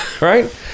right